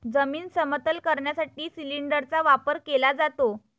जमीन समतल करण्यासाठी सिलिंडरचा वापर केला जातो